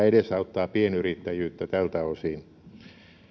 edesauttaa pienyrittäjyyttä tältä osin